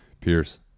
pierce